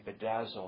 bedazzle